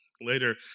Later